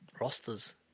rosters